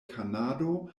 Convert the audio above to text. kanado